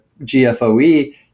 GFOE